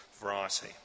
variety